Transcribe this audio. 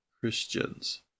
Christians